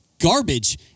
garbage